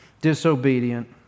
disobedient